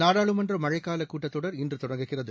நாடாளுமன்ற மழைக்காலக் கூட்டத் தொடர் இன்று தொடங்குகிறது